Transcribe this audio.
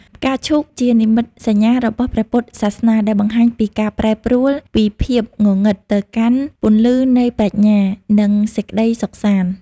ផ្កាឈូកជានិមិត្តសញ្ញារបស់ ព្រះពុទ្ធសាសនា ដែលបង្ហាញពីការប្រែប្រួលពីភាពងងឹតទៅកាន់ពន្លឺនៃប្រាជ្ញា និងសេចក្ដីសុខសាន្ត។